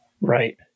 Right